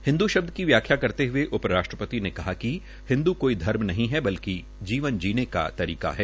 हिन्दु शब्द की व्याख्या करते हुए उप राष्ट्रपति ने कहा कि हिन्दु कोई धर्म नहीं है बल्कि जीवन जीने का तरीका है